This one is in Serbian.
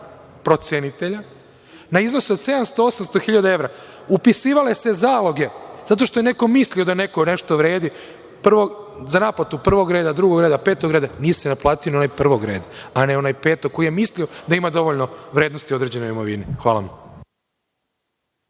procenitelja na iznos od 700, 800.000 evra. Upisivale se zaloge, zato što je neko mislio da neko nešto vredi, za naplatu prvog reda, drugog reda, petog reda, nije se naplatio ni onaj prvog reda, a ne onaj petog koji je mislio da ima dovoljno vrednosti u određenoj imovini. Hvala vam.